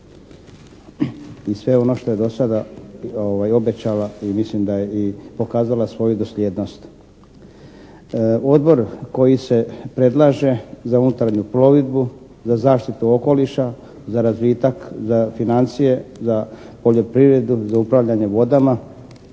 i sve ono što je do sada obećala i mislim da je i pokazala svoju dosljednost. Odbor koji se predlaže za unutarnju plovidbu, za zaštitu okoliša, za razvitak, za financije, za poljoprivredu, za upravljanje vodama